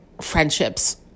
friendships